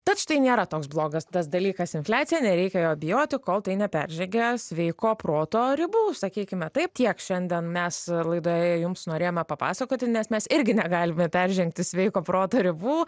tad štai nėra toks blogas tas dalykas infliacija nereikia jo bijoti kol tai neperžengia sveiko proto ribų sakykime taip tiek šiandien mes laidoje jums norėjome papasakoti nes mes irgi negalime peržengti sveiko proto ribų